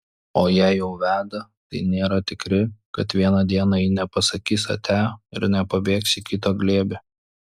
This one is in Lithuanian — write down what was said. o jei jau veda tai nėra tikri kad vieną dieną ji nepasakys atia ir nepabėgs į kito glėbį